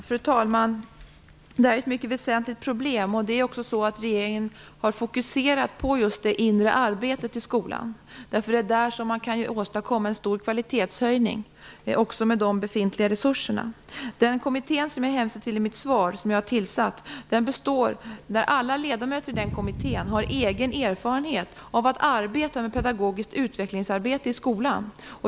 Fru talman! Det här är ett mycket väsentligt problem. Regeringen har också fokuserat på just det inre arbetet i skolan. Det är där man kan åstadkomma en stor kvalitetshöjning med de befintliga resurserna. I den kommitté som jag har tillsatt, och som jag hänvisade till i mitt svar, har alla ledamöter egen erfarenhet av att syssla med pedagogiskt utvecklingsarbete i skolan.